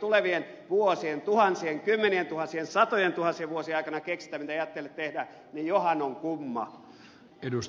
tulevien vuosien tuhansien kymmenientuhansien satojentuhansien vuosien aikana keksitä mitä jätteelle tehdään niin johan on kumma